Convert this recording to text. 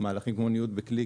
מהלכים כמו ניוד בקליק,